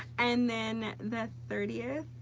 and then the thirtieth.